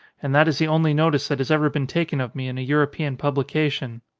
and that is the only notice that has ever been taken of me in a european publication.